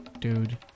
dude